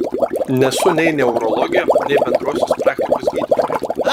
nesu nei neurologė nei bendrosios praktikos gydytoja